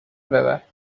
ببر